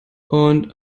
und